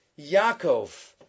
Yaakov